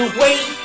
wait